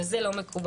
וזה לא מקובל.